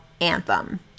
Anthem